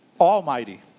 almighty